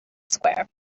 square